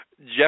Jeff